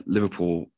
Liverpool